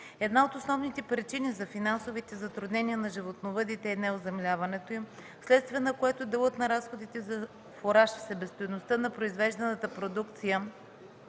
Една от основните причини за финансовите затруднения на животновъдите е неоземляването им, вследствие на което делът на разходите за фураж и себестойността на произвежданата продукция